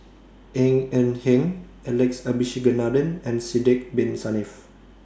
Ng Eng Hen Alex Abisheganaden and Sidek Bin Saniff